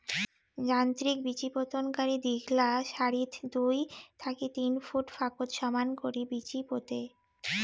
যান্ত্রিক বিচিপোতনকারী দীঘলা সারিত দুই থাকি তিন ফুট ফাকত সমান করি বিচি পোতে